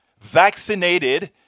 vaccinated